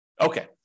okay